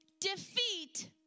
Defeat